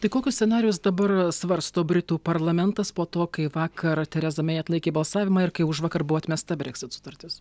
tai kokius scenarijus dabar svarsto britų parlamentas po to kai vakar tereza mei atlaikė balsavimą ir kai užvakar buvo atmesta brexit sutartis